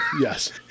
Yes